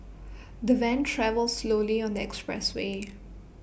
the van travelled slowly on the expressway